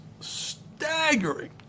staggering